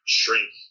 shrink